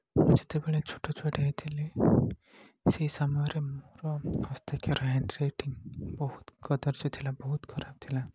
ଯେତେବେଳେ ଛୋଟ ଛୁଆଟିଏ ହେଇଥିଲି ସେଇ ସମୟରେ ମୋର ହସ୍ତାକ୍ଷର ହାଣ୍ଡରାଇଟିଙ୍ଗ ବହୁତ କଦର୍ଯ୍ୟ ଥିଲା ବହୁତ ଖରାପ ଥିଲା